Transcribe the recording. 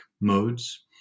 modes